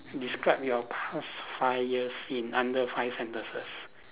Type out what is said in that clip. describe your past five years in under five sentences